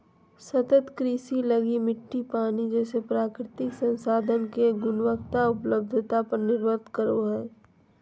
सतत कृषि लगी मिट्टी, पानी जैसे प्राकृतिक संसाधन के गुणवत्ता, उपलब्धता पर निर्भर करो हइ